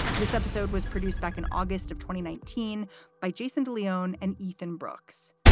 this episode was produced back in august of twenty nineteen by jason de leon and ethan brooks.